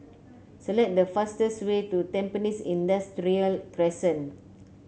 select the fastest way to Tampines Industrial Crescent